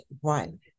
one